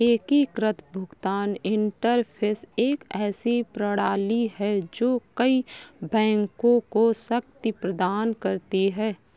एकीकृत भुगतान इंटरफ़ेस एक ऐसी प्रणाली है जो कई बैंकों को शक्ति प्रदान करती है